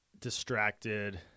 distracted